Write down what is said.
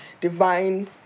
divine